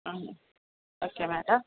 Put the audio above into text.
mm okay madam